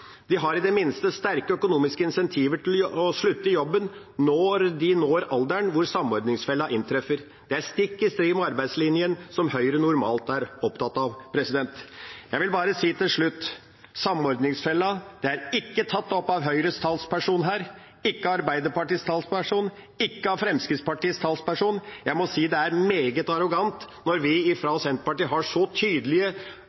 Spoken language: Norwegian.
De har i det minste sterke økonomiske insentiver til å slutte i jobben når de når alderen hvor samordningsfella inntreffer. Det er stikk i strid med arbeidslinja, som Høyre normalt er opptatt av. Jeg vil bare si til slutt: Samordningsfella er ikke tatt opp av Høyres talsperson her, ikke av Arbeiderpartiets talsperson, ikke av Fremskrittspartiets talsperson. Jeg må si det er meget arrogant – når vi